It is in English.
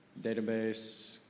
database